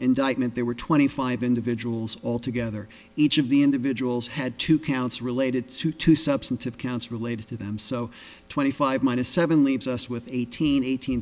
indictment there were twenty five individuals all together each of the individuals had two counts related to two substantive counts related to them so twenty five minus seven leaves us with eighteen eighteen